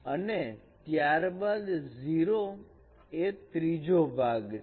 અને ત્યારબાદ 0 એ ત્રીજો ભાગ છે